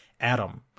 Adam